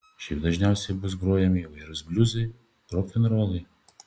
šiaip dažniausiai bus grojami įvairūs bliuzai rokenrolai